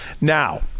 Now